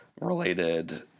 related